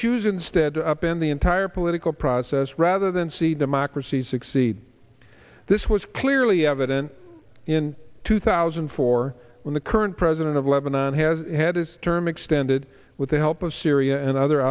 choose instead to up in the entire political process rather than see democracy succeed this was clearly evident in two thousand and four when the current president of lebanon has had his term extended with the help of syria and other